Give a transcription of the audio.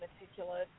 meticulous